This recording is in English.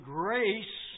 grace